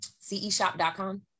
ceshop.com